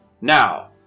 Now